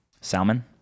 Salmon